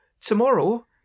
tomorrow